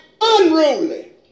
unruly